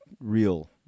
real